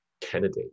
Kennedy